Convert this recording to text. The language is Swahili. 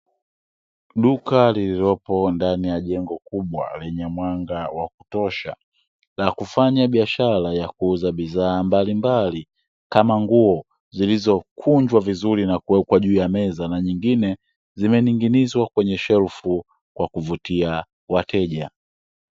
Duka lilipo ndani ya jengo kubwa lenye mwanga wa kutosha, la kufanya biashara ya kuuza bidhaa mbalimbali kama nguo, zilizokunjwa vizuri na kuwekwa juu ya meza, na zingine zimening'inizwa kwenye shelfu kwa kuvutia wateja.